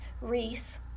Reese